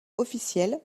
officiel